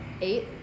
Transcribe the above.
eight